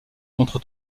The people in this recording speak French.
contre